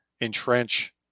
entrench